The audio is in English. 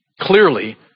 clearly